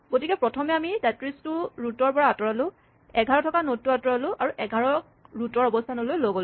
গতিকে প্ৰথমে আমি ৩৩ টো ৰোট ৰ পৰা আতঁৰালো ১১ থকা নড টো আতঁৰালো আৰু ১১ ক ৰোট ৰ অৱস্হানলৈ লৈ গ'লো